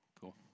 Cool